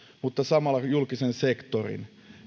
mutta samalla julkisen sektorin